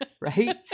right